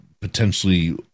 potentially